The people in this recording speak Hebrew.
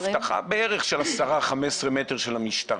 בערך של עשרה, 15 מטר של המשטרה.